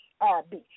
R-B